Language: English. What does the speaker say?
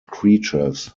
creatures